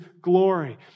glory